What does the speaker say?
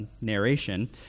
narration